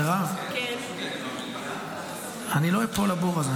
מירב, אני לא אפול לבור הזה.